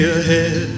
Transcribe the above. ahead